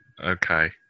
okay